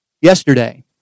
yesterday